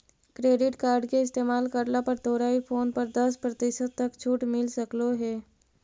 credit card के इस्तेमाल करला पर तोरा ई फोन पर दस प्रतिशत तक छूट मिल सकलों हे